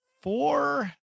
Four